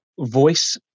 voice